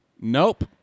Nope